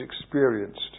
experienced